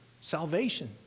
salvation